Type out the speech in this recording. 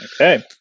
Okay